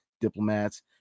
diplomats